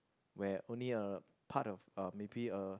where only a part of uh maybe a